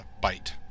bite